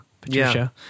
Patricia